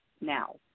now